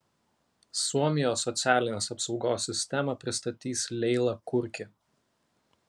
suomijos socialinės apsaugos sistemą pristatys leila kurki